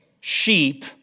sheep